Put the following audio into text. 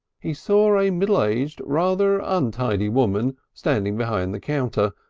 he saw a middle-aged, rather untidy woman standing behind the counter,